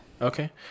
okay